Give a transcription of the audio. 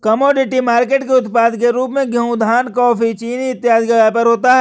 commodity market के उत्पाद के रूप में गेहूं धान कॉफी चीनी इत्यादि का व्यापार होता है